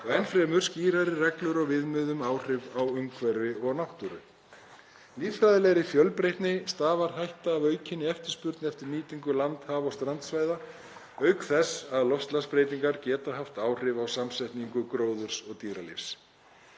og enn fremur skýrari reglur og viðmið um áhrif á umhverfi og náttúru. Líffræðilegri fjölbreytni stafar hætta af aukinni eftirspurn eftir nýtingu land-, haf- og strandsvæða, auk þess sem loftslagsbreytingar geta haft áhrif á samsetningu gróðurs og dýralífs.